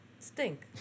Stink